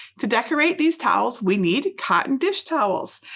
to decorate these towels we need cotton dish towels.